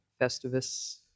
Festivus